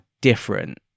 different